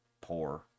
poor